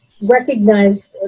recognized